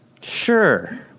Sure